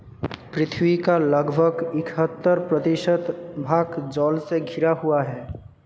पृथ्वी का लगभग इकहत्तर प्रतिशत भाग जल से घिरा हुआ है